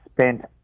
spent